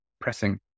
pressing